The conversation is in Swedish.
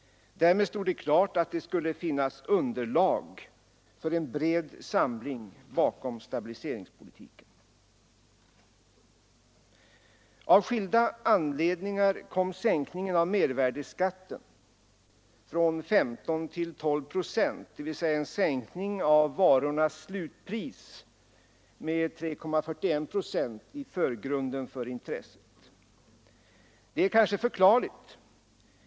Därmed stod det klart att det skulle finnas underlag för en bred samling bakom stabiliseringspolitiken. Av skilda anledningar kom sänkningen av mervärdeskatten från 15 till 12 procent, dvs. en sänkning av varornas slutpris med 3,41 procent, i förgrunden för intresset. Det är kanske förklarligt.